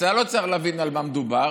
אתה לא צריך להבין על מה מדובר,